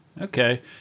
Okay